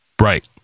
Right